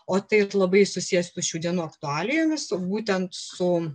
o tai labai susiję su šių dienų aktualijomis būtent su